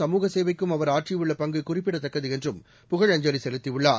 சமூக சேவைக்கும் அவர் ஆற்றியுள்ள பங்கு குறிப்பிடத்தக்கது என்றும் புகழஞ்சலி செலுத்தியுள்ளார்